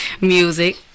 Music